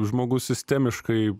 žmogus sistemiškai